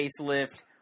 facelift